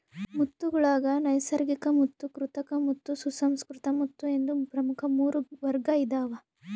ಮುತ್ತುಗುಳಾಗ ನೈಸರ್ಗಿಕಮುತ್ತು ಕೃತಕಮುತ್ತು ಸುಸಂಸ್ಕೃತ ಮುತ್ತು ಎಂದು ಪ್ರಮುಖ ಮೂರು ವರ್ಗ ಇದಾವ